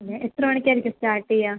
എത്ര മണിക്കായിരിക്കും സ്റ്റാർട്ട് ചെയ്യുക